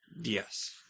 Yes